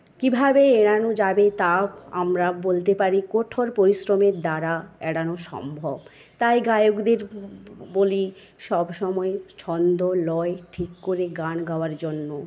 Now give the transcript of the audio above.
কিভাবে এড়ানো যাবে তাও আমরা বলতে পারি কঠোর পরিশ্রমের দ্বারা এড়ানো সম্ভব তাই গায়কদের বলি সবসময় ছন্দ লয় ঠিক করে গান গাওয়ার জন্য